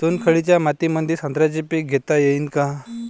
चुनखडीच्या मातीमंदी संत्र्याचे पीक घेता येईन का?